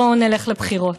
בואו נלך לבחירות.